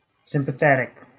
Sympathetic